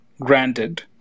granted